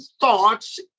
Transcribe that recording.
thoughts